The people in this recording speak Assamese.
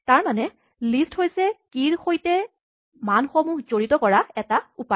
তাৰমানে লিষ্ট হৈছে কী চাবিৰ সৈতে মানসমূহ জড়িত কৰাৰ এটা উপায়